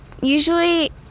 usually